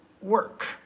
work